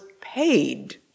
paid